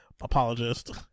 apologist